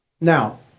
Now